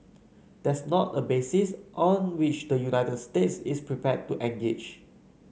that's not a basis on which the United States is prepared to engage